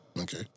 Okay